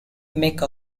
make